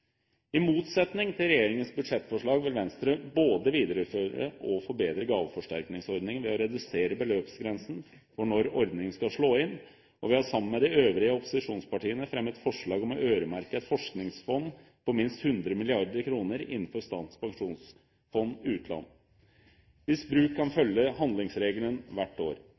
I motsetning til regjeringens budsjettforslag vil Venstre både videreføre og forbedre gaveforsterkningsordningen ved å redusere beløpsgrensen for når ordningen skal slå inn. Vi har sammen med de øvrige opposisjonspartiene fremmet forslag om å øremerke et forskningsfond på minst 100 mrd. kr innenfor Statens pensjonsfond utland hvis bruk kan følge handlingsregelen hvert år.